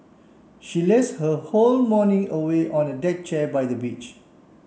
she lazed her whole morning away on a deck chair by the beach